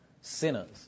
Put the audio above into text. sinners